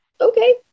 Okay